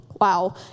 wow